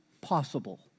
possible